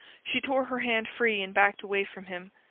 she tore her hand free and backed away from him.